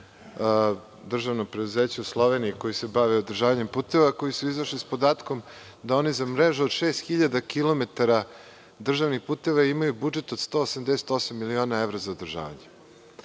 državno preduzeće u Sloveniji koje se bavi održavanjem puteva, koji su izašli sa podatkom da oni za mrežu od 6.000 km državnih puteva imaju budžet od 188 miliona evra za održavanje.